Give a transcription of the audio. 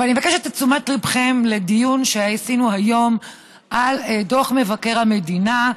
אבל אני מבקשת את תשומת ליבכם לדיון שעשינו היום על דוח מבקר המדינה,